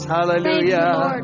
Hallelujah